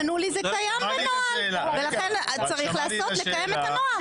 ענו לי זה קיים בנוהל ולכן צריך לקיים את הנוהל.